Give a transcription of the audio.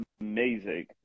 amazing